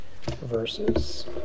verses